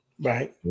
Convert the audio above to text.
Right